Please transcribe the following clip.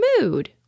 mood